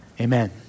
Amen